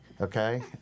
okay